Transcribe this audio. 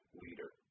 leader